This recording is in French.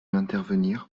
intervenir